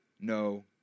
no